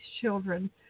children